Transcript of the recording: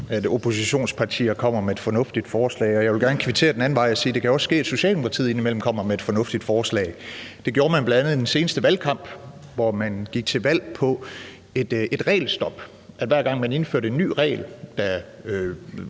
at oppositionspartier kommer med et fornuftigt forslag, og jeg vil gerne kvittere den anden vej og sige, at det også kan ske, at Socialdemokratiet indimellem kommer med et fornuftigt forslag. Det gjorde man bl.a. i den seneste valgkamp, hvor man gik til valg på et regelstop. Hver gang man indførte en ny regel,